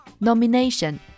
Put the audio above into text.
nomination